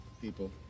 People